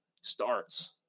starts